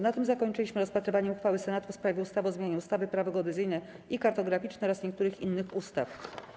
Na tym zakończyliśmy rozpatrywanie uchwały Senatu w sprawie ustawy o zmianie ustawy - Prawo geodezyjne i kartograficzne oraz niektórych innych ustaw.